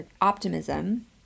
optimism